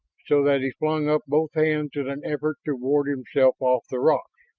so that he flung up both hands in an effort to ward himself off the rocks.